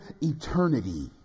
eternity